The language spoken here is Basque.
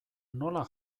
nola